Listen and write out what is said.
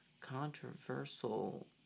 controversial